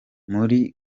muri